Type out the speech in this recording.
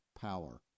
power